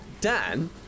Dan